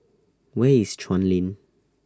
Where IS Chuan Lane